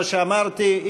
כמו שאמרתי,